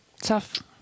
Tough